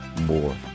more